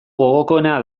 gogokoena